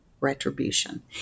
retribution